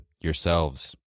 yourselves